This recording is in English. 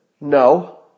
No